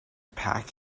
pack